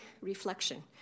reflection